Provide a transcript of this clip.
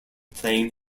playing